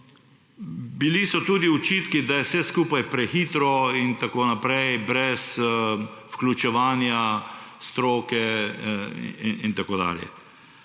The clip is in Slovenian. Bili so tudi očitki, da je vse skupaj prehitro in tako naprej, brez vključevanja stroke in tako dalje.